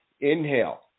inhale